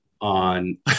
on